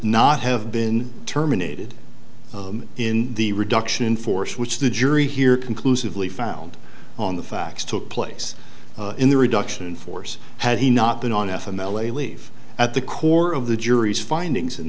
not have been terminated in the reduction in force which the jury here conclusively found on the facts took place in the reduction in force had he not been on f m l a leave at the core of the jury's findings in